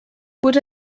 would